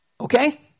Okay